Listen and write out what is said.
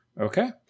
Okay